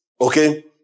Okay